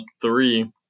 three